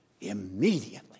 Immediately